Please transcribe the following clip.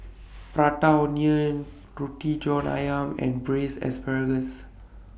Prata Onion Roti John Ayam and Braised Asparagus